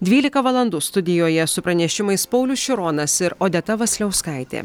dvylika valandų studijoje su pranešimais paulius šironas ir odeta vasiliauskaitė